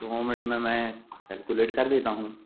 दो मिनट में मैं कैलकुलेट कर देता हूँ